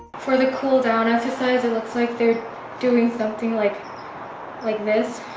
for the cooldown exercise, it looks like they're doing something like like this